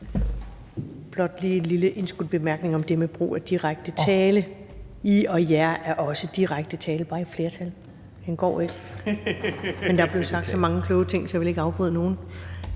Blot lige en lille indskudt bemærkning om det med brug af direkte tiltale: I og jer er også direkte tiltale, bare i flertal. Den går ikke. Men der blev sagt så mange kloge ting, at jeg ikke ville afbryde nogen.